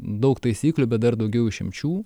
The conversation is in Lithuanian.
daug taisyklių bet dar daugiau išimčių